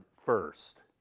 first